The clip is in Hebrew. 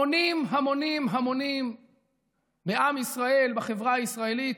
המונים המונים המונים בעם ישראל, בחברה הישראלית,